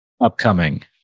Upcoming